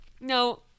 No